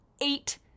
eight